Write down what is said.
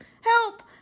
Help